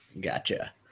Gotcha